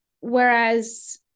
Whereas